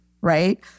right